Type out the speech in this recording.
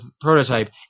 Prototype